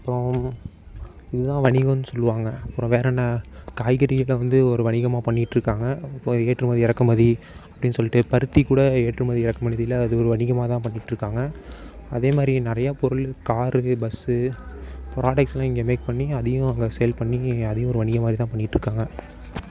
அப்புறம் இதுதான் வணிகம்னு சொல்லுவாங்க அப்புறம் வேறென்ன காய்கறியில் வந்து ஒரு வணிகமாக பண்ணிகிட்டு இருக்காங்க இப்போ ஏற்றுமதி இறக்குமதி அப்படின்னு சொல்லிட்டு பருத்தி கூட ஏற்றுமதி இறக்குமதில அது ஒரு வணிகமாகதான் பண்ணிகிட்டு இருக்காங்க அதே மாதிரி நிறையா பொருள் காரு பஸ்ஸு ப்ராடக்ட்ஸ்யெலாம் இங்கே மேக் பண்ணி அதையும் அங்கே சேல் பண்ணி அதையும் ஒரு வணிகம் மாதிரிதான் பண்ணிக்கிட்டு இருக்காங்க